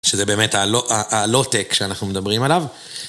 שזה באמת הלא טק שאנחנו מדברים עליו.